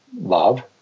love